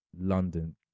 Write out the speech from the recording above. london